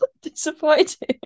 Disappointing